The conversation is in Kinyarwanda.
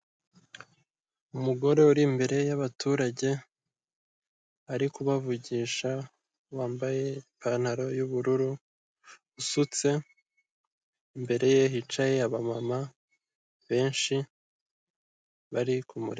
Umugore uri imbere y'abaturage ari kuvugisha, wambaye ipantaro y'ubururu usutse, imbere ye hicaye aba mama benshi bari kumurreba.